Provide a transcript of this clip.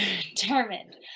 determined